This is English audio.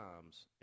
times